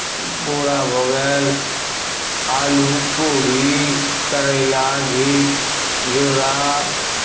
बोरा भऽ गेल आलू कोबी करैला घी घिउरा